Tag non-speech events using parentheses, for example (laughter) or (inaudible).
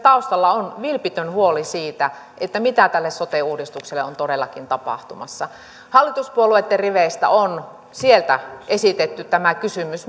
on vilpitön huoli siitä siitä mitä tälle sote uudistukselle on todellakin tapahtumassa myöskin hallituspuolueitten riveistä on esitetty tämä kysymys (unintelligible)